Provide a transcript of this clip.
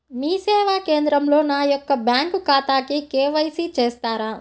మీ సేవా కేంద్రంలో నా యొక్క బ్యాంకు ఖాతాకి కే.వై.సి చేస్తారా?